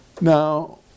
Now